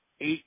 eight